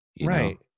right